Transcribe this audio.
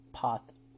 path